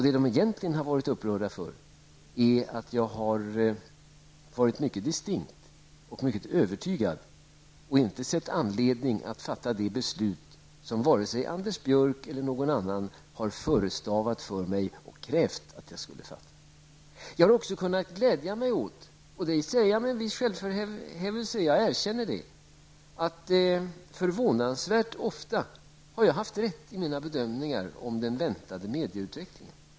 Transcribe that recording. Det man egentligen har varit upprörd över är att jag har varit mycket distinkt och övertygad och inte sett anledning att fatta de beslut som vare sig Anders Björck eller någon annan har förestavat för mig och krävt att jag skulle fatta. Jag har också kunnat glädja mig åt -- jag erkänner att jag säger det med en viss självhävdelse -- att jag förvånansvärt ofta har haft rätt i mina bedömningar om den väntade mediautvecklingen.